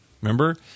Remember